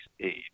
age